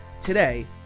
today